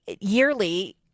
yearly